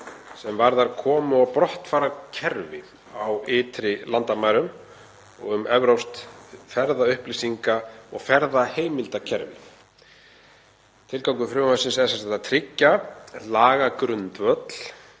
sem varða komu- og brottfararkerfi á ytri landamærum og um evrópskt ferðaupplýsinga- og ferðaheimildakerfi. Tilgangur frumvarpsins er sem sagt að tryggja lagagrundvöll